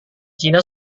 cina